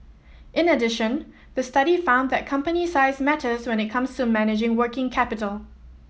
in addition the study found that company size matters when it comes to managing working capital